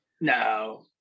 No